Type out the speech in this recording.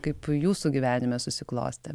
kaip jūsų gyvenime susiklostė